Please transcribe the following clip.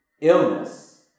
illness